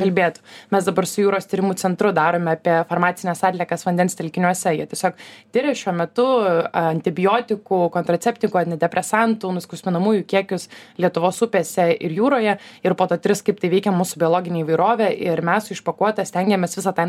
kalbėt mes dabar su jūros tyrimų centru darome apie farmacines atliekas vandens telkiniuose jie tiesiog tiria šiuo metu antibiotikų kontraceptikų antidepresantų nuskausminamųjų kiekius lietuvos upėse ir jūroje ir po to tris kaip tai veikia mūsų biologinė įvairovė ir mes iš pakuotės stengiamės visą tą